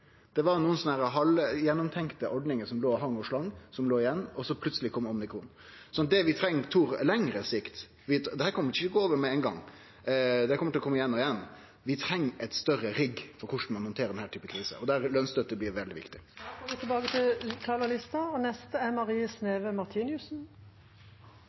halvgjennomtenkte ordningar som hang og slang, som låg igjen, og plutselig kom omikron. Så det vi treng på lengre sikt – for dette kjem ikkje til å gå over med ein gong, dette kjem til å kome igjen og igjen – er eit større rigg for korleis ein handterer denne typen kriser, og der blir lønsstøtte veldig viktig. Replikkordskiftet er omme. I disse koronatider må vi alle tåle litt innbytte, og jeg er